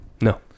No